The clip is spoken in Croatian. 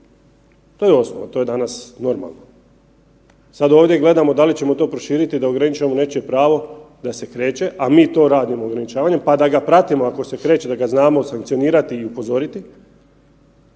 To je osnova, to je danas normalno. Sada ovdje gledamo da li ćemo to proširiti da ograničimo nečije pravo da se kreće, a mi to radimo ograničavanjem pa da ga pratimo ako se kreće da ga znamo sankcionirati i upozoriti